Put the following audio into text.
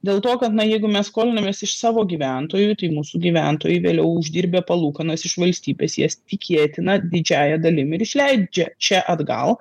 dėl to kad na jeigu mes skolinamės iš savo gyventojų tai mūsų gyventojai vėliau uždirbę palūkanas iš valstybės jas tikėtina didžiąja dalim ir išleidžia čia atgal